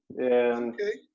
okay